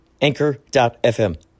Anchor.fm